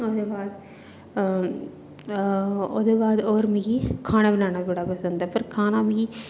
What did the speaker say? ओह्दे बाद ओह्दे बाद होर मिगी खाना बनाना बड़ा पसंद ऐ पर खाना मिगी